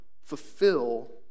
fulfill